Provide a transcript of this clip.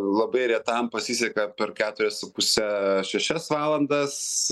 labai retam pasiseka per keturias su puse šešias valandas